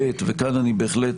ב', וכאן אני בהחלט